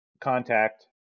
contact